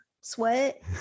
sweat